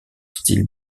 style